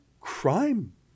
crime